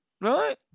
right